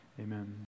Amen